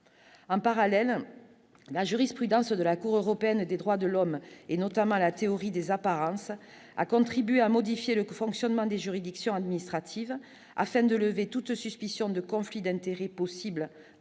en parallèle la jurisprudence de la Cour européenne des droits de l'homme, et notamment la théorie des apparences a contribué à modifier le fonctionnement des juridictions administratives afin de lever toute suspicion de conflit d'intérêts possible